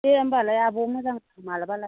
दे होमबालाय आब' मोजांखौ मालाबा लायसिगोन